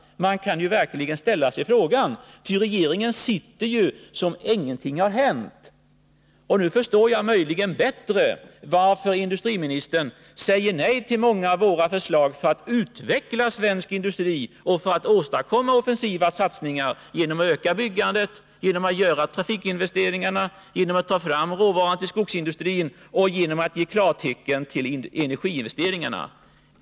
Man kan verkligen ställa sig den frågan, eftersom regeringen sitter som om ingenting hade hänt. Nu förstår jag möjligen bättre varför industriministern säger nej till många av våra förslag för att utveckla svensk industri och åstadkomma offensiva satsningar genom att öka byggandet, genom att göra trafikinvesteringar, genom att ta fram råvaran till skogsindustrin och genom att ge klartecken till energiinvesteringarna.